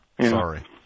Sorry